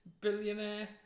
billionaire